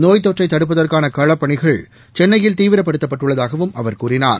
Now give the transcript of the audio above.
நோய் தொற்றை தடுப்பதற்க்கான களப்பணிகள் சென்னையில் தீவிரப்படுத்தப்பட்டுள்ளதாகவும் அவர் கூறினார்